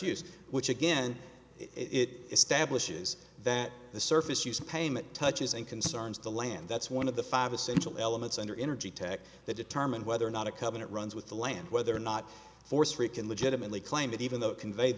use which again it establishes that the surface used payment touches and concerns the land that's one of the five essential elements under energy tech that determine whether or not a covenant runs with the land whether or not force rick can legitimately claim that even though convey